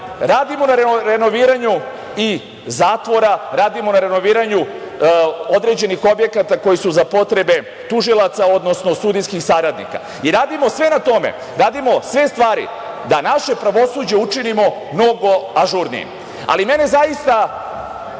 radimo na renoviranju i zatvora, radimo na renoviranju određenih objekata koji su za potrebe tužilaca, odnosno sudijskih saradnika i radimo sve na tome, radimo sve stvari da naše pravosuđe učinimo mnogo ažurnijim. Mene zaista